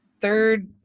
third